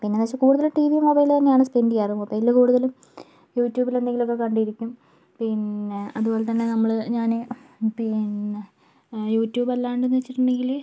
പിന്നെയെന്ന് വെച്ചിട്ടുണ്ടെങ്കിൽ കൂടുതലും ടിവിയും മൊബൈലും തന്നെയാണ് സ്പെൻഡ് ചെയ്യാറ് മൊബൈൽ കൂടുതലും യൂട്യൂബിലെന്തെങ്കിലും ഒക്കെ കണ്ടിരിക്കും പിന്നെ അതുപോലെത്തന്നെ നമ്മൾ ഞാൻ പിന്നെ യൂട്യൂബല്ലാണ്ടെന്ന് വെച്ചിട്ടൊണ്ടെങ്കിൽ